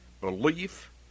belief